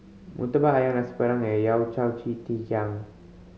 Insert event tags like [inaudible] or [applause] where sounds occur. Murtabak Ayam Nasi Padang and yao [unintelligible] ji [unintelligible]